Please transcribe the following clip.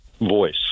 voice